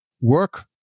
work